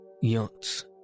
yachts